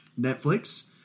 Netflix